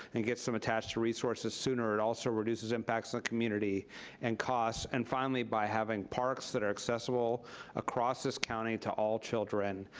and get some attached to resources sooner. it also reduces impacts on community and costs. and finally, by having parks that are accessible across this county to all children,